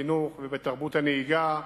בחינוך ובתרבות הנהיגה.